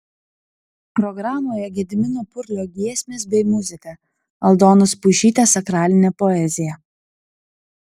programoje gedimino purlio giesmės bei muzika aldonos puišytės sakralinė poezija